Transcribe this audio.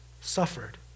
suffered